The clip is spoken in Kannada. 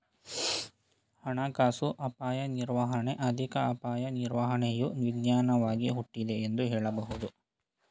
ಹಣಕಾಸು ಅಪಾಯ ನಿರ್ವಹಣೆ ಆರ್ಥಿಕ ಅಪಾಯ ನಿರ್ವಹಣೆಯು ವಿಜ್ಞಾನವಾಗಿ ಹುಟ್ಟಿದೆ ಎಂದು ಹೇಳಬಹುದು